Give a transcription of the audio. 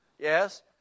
yes